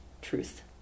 truth